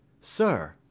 Sir